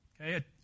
okay